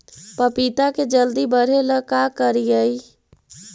पपिता के जल्दी बढ़े ल का करिअई?